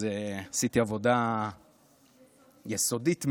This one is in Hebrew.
אז עשיתי עבודה, יסודית.